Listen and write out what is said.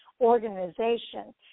organization